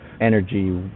energy